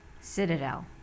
Citadel